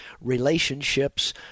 relationships